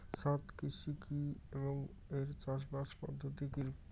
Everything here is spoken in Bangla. ছাদ কৃষি কী এবং এর চাষাবাদ পদ্ধতি কিরূপ?